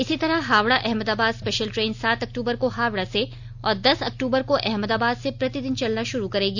इसी तरह Howrah Ahmedabad special train सात अक्तूबर को हावड़ा से और दस अक्तूबर को अहमदाबाद से प्रतिदिन चलना शुरू करेंगी